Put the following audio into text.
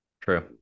true